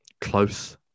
close